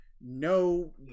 no